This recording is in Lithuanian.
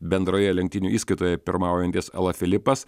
bendroje lenktynių įskaitoje pirmaujantis ala filipas